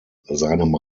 seinem